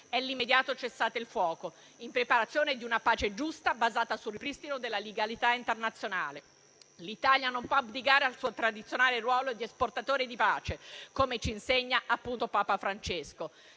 è l'immediato cessate il fuoco, in preparazione di una pace giusta basata sul ripristino della legalità internazionale. L'Italia non può abdicare al suo tradizionale ruolo di esportatore di pace, come ci insegna appunto Papa Francesco.